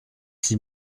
six